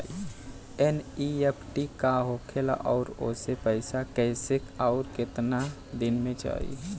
NEFT का होखेला और ओसे पैसा कैसे आउर केतना दिन मे जायी?